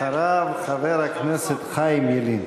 אחריו, חבר הכנסת חיים ילין.